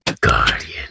guardian